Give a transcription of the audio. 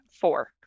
Four